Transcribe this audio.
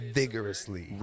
vigorously